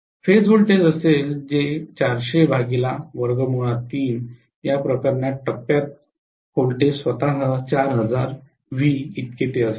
phase voltage असेल तर या प्रकरणात टप्प्यात व्होल्टेज स्वतः 4000 व्ही असेल